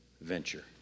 venture